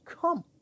come